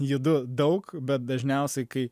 judu daug bet dažniausiai kai